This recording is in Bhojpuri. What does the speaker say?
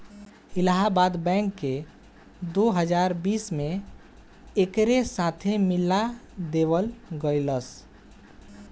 इलाहाबाद बैंक के दो हजार बीस में एकरे साथे मिला देवल गईलस